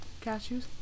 Cashews